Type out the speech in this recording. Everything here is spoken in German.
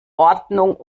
ordnung